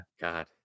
god